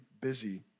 busy